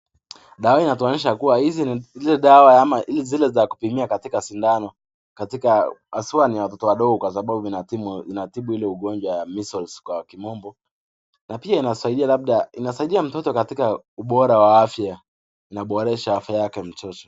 Dawa hii zinatuonyesha kuwa hizi ni ile dawa ama zile za kupimia katika shindano. Haswa ni ya watoto wadogo kwa sababu inatibu ile ugonjwa ya Measles kwa kimombo, na pia inasaidia labda inasaidia mtoto katika ubora wa afya inaboresha afya yake mchezo.